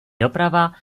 doprava